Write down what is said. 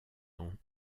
ans